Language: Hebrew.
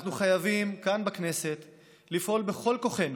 אנחנו חייבים כאן בכנסת לפעול בכל כוחנו